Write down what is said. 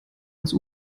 ans